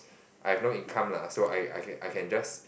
I've no income lah so I I can I can just